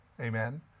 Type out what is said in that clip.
Amen